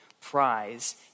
prize